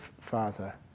father